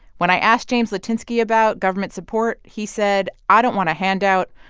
when i asked james litinsky about government support, he said, i don't want a handout,